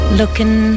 looking